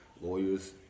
lawyers